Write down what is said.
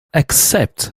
accept